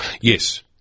Yes